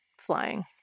flying